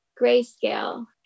grayscale